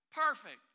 Perfect